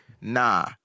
nah